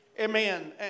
Amen